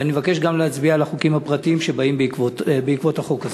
ואני מבקש גם להצביע בעד החוקים הפרטיים שבאים בעקבות החוק הזה.